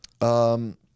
Um-